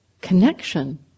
connection